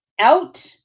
out